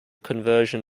conversion